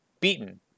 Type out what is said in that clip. beaten